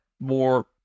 more